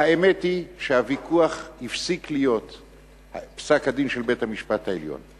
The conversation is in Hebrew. האמת היא שהוויכוח הפסיק להיות פסק-הדין של בית-המשפט העליון.